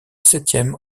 septième